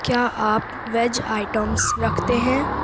کیا آپ veg items رکھتے ہیں